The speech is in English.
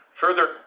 Further